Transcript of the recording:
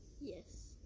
Yes